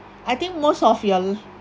I think most of your